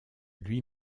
lui